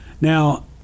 Now